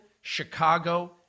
Chicago